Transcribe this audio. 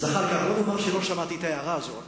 זחאלקה, בוא נאמר שלא שמעתי את ההערה הזאת.